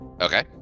okay